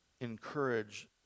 encourage